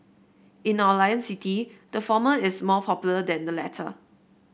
in our lion city the former is more popular than the latter